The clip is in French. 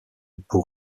pour